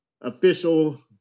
official